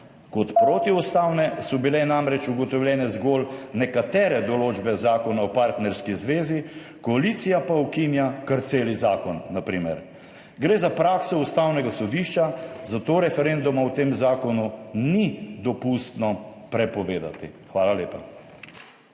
Kot protiustavne so bile namreč ugotovljene zgolj nekatere določbe Zakona o partnerski zvezi, koalicija pa ukinja kar celi zakon, na primer. Gre za prakso Ustavnega sodišča, zato referenduma o tem zakonu ni dopustno prepovedati. Hvala lepa.